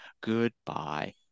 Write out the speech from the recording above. goodbye